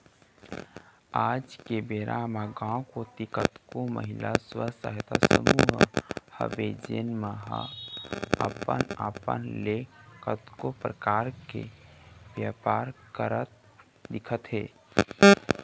आज के बेरा म गाँव कोती कतको महिला स्व सहायता समूह हवय जेन मन ह अपन अपन ले कतको परकार के बेपार करत दिखत हे